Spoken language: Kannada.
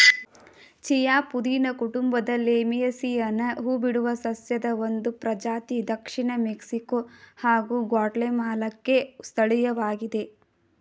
ಚೀಯಾ ಪುದೀನ ಕುಟುಂಬದ ಲೇಮಿಯೇಸಿಯಿಯನ ಹೂಬಿಡುವ ಸಸ್ಯದ ಒಂದು ಪ್ರಜಾತಿ ದಕ್ಷಿಣ ಮೆಕ್ಸಿಕೊ ಹಾಗೂ ಗ್ವಾಟೆಮಾಲಾಕ್ಕೆ ಸ್ಥಳೀಯವಾಗಿದೆ